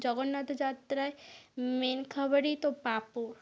জগন্নাথ যাত্রায় মেন খাবারই তো পাঁপড়